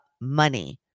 money